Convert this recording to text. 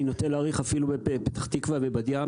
אני נוטה להעריך אפילו בפתח תקווה ובת ים,